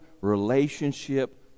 relationship